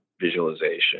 visualization